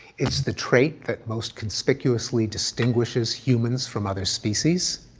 it's the trait that most conspicuously distinguishes humans from other species,